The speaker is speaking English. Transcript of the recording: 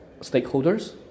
stakeholders